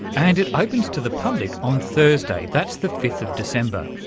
and it opens to the public on thursday, that's the fifth of december.